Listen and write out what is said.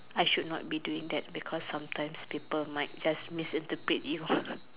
I should not be doing that because sometimes people might just misinterpret you